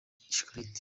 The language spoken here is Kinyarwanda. shikarete